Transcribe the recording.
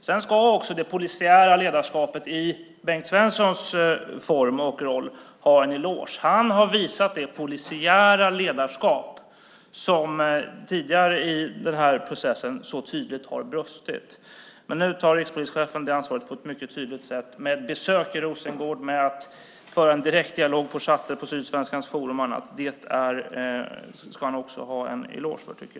Sedan ska också det polisiära ledarskapet i form av Bengt Svenson ha en eloge. Han har i sin roll visat det polisiära ledarskap som tidigare i den här processen så tydligt har brustit. Men nu tar rikspolischefen det ansvaret på ett mycket tydligt sätt. Han besöker Rosengård och för en direkt dialog på chatter på Sydsvenskans forum och annat. Det tycker jag att han också ska ha en eloge för.